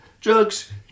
Drugs